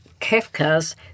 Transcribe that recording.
Kafka's